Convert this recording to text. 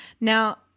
Now